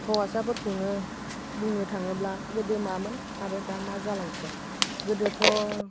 हौवासाफोरखौनो बुंनो थाङोब्ला गोदो मामोन आरो दा मामोन गोदोथ'